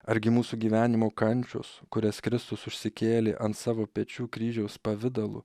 argi mūsų gyvenimo kančios kurias kristus užsikėlė ant savo pečių kryžiaus pavidalu